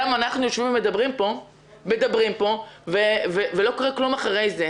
גם אנחנו יושבים פה ומדברים ולא קורה כלום אחרי כן.